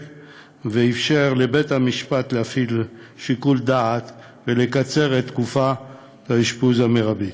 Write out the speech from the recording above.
ואִפשר לבית-המשפט להפעיל שיקול דעת ולקצר את תקופת צו האשפוז המרבית.